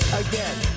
again